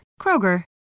Kroger